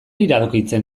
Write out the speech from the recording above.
iradokitzen